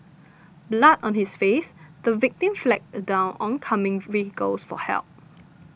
blood on his face the victim flagged down oncoming vehicles for help